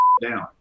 down